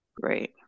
Great